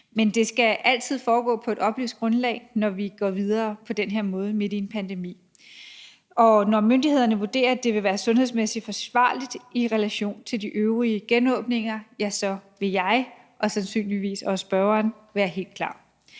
Men det skal altid foregå på et oplyst grundlag, når vi går videre på den her måde midt i en pandemi. Og når myndighederne vurderer, at det vil være sundhedsmæssigt forsvarligt i relation til de øvrige genåbninger, ja, så vil jeg og sandsynligvis også spørgeren være helt klar.